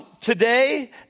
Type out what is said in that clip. Today